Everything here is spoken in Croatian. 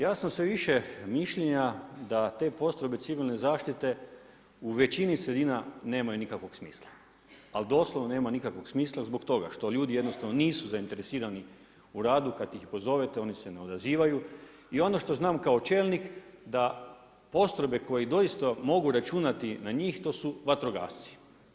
Ja sam sve više mišljenja da te postrojbe civilne zaštite u većini sredina nemaju nikakvog smisla, ali doslovno nema nikakvog smisla zbog toga što ljudi jednostavno nisu zainteresirani u radu kad ih pozovete, oni se ne odazivaju i ono što znam kao čelnik da postrojbe na koje doista mogu računati na njih, to su vatrogasci.